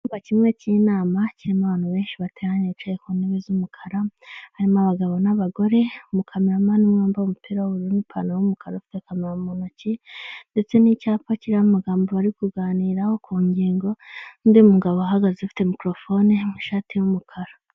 Icyumba kimwe cy'inama kirimo abantu benshi bateranye bicaye ku ntebe z'umukara, harimo abagabo n'abagore, umukameramani umwe wambaye umupira w'ubururu n'ipantaro y'umukara afite kamera mu ntoki ndetse n'icyapa kirimo amagambo bari kuganiraho ku ngingo n'undi mugabo uhagaze afite mikorofone wambaye ishati y'umukara .